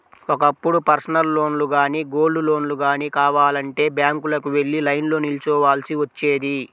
ఒకప్పుడు పర్సనల్ లోన్లు గానీ, గోల్డ్ లోన్లు గానీ కావాలంటే బ్యాంకులకు వెళ్లి లైన్లో నిల్చోవాల్సి వచ్చేది